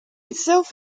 itself